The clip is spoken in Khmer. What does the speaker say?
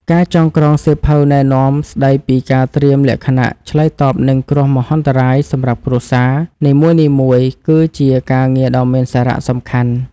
ការចងក្រងសៀវភៅណែនាំស្តីពីការត្រៀមលក្ខណៈឆ្លើយតបនឹងគ្រោះមហន្តរាយសម្រាប់គ្រួសារនីមួយៗគឺជាការងារដ៏មានសារៈសំខាន់។